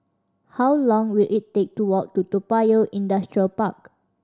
how long will it take to walk to Toa Payoh Industrial Park